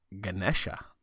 Ganesha